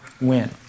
win